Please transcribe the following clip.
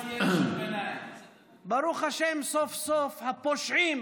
כל הזמן, ברוך השם, סוף-סוף הפושעים